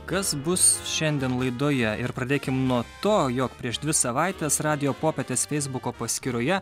kas bus šiandien laidoje ir pradėkim nuo to jog prieš dvi savaites radijo popietės feisbuko paskyroje